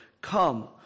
Come